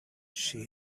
she